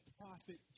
prophet